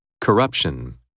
Corruption